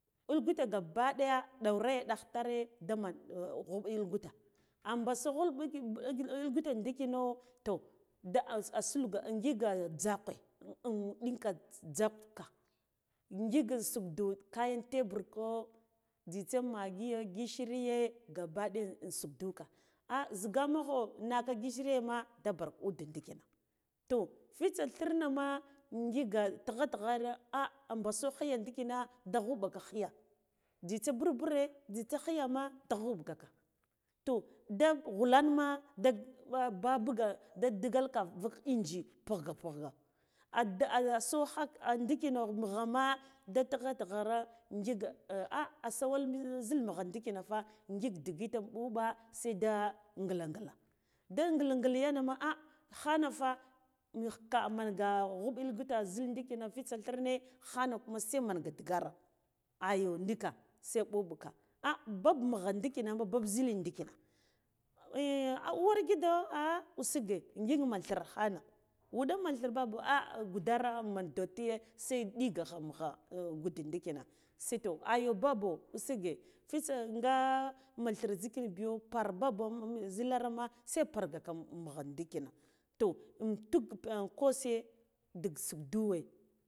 Ulgute gaba ɗaya, dauraya tagh tare daman guda a mɓasu khulb ulghute ndikino toh da asa asulga ngik jzakwe dinka jzakka ngik sukdu kayen tebur kho nzitsa maghiye gishirye gaba daya in sukduka ah zhiga maho naka gishiriye ma da bar ude ndikina toh fitsa thirne ma ngiga tigha tigha ah a mɓusu khiya dikina da ghuɓka kliya nzitsa burbure nzitse kliya ma da khub ɓugaka toh da khulan ma da babuga da digal ka vuk engine oukhgha pukgha da asokha a cikina mugha ma da tigha tighere ngik ah asawal zhil mugha dikire fa ngik ndigit ɓuɓa seda ngla ngla da ngla ngla yane ah khana fa maghka manga khuɓilgita zhil adikina zhil adikina fitsa thirne khana kuma se man ga digera ayo nika se mɓuɓuka ah bab nugha ndikina bab zhila nɗikina uwar gido ah usuge ngik man thire hana wuɗa man thire bobo ah gudera man dattiye se nigakha mugha gude ndiking se toh ayo babo usuge fitsa nga man thire zhikin biyo barbabo zhilara ma se bargaka ndikina toh ntuk kose duk suk duwe.